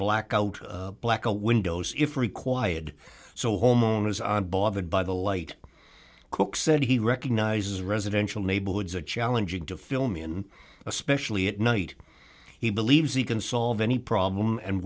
blackout blackout windows if required so homeowners on bothered by the light cook said he recognizes residential neighborhoods are challenging to fill me and especially at night he believes he can solve any problem and